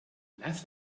lass